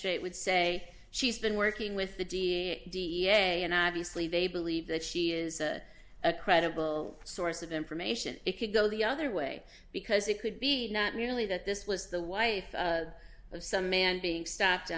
magistrate would say she's been working with the d a and i obviously they believe that she is a credible source of information it could go the other way because it could be not merely that this was the wife of some man being stopped